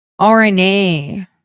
rna